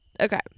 okay